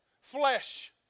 flesh